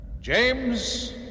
James